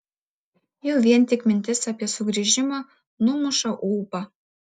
jau vien tik mintis apie sugrįžimą numuša ūpą